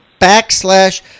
backslash